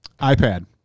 iPad